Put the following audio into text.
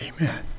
amen